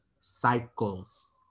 cycles